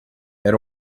era